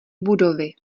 budovy